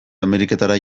ameriketara